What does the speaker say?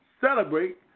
celebrate